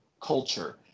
culture